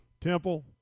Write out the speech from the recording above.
Temple